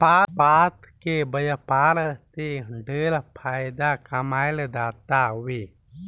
कपास के व्यापार से ढेरे फायदा कमाईल जातावे